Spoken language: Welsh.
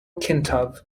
cyntaf